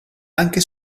anche